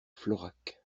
florac